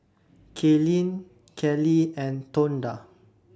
Kaylene Kelly and Tonda